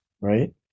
Right